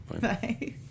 Bye